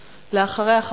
אחריה,